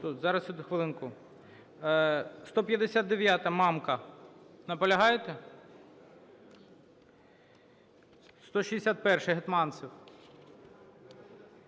159-а, Мамка. Наполягаєте? 161-а, Гетманцев.